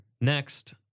Next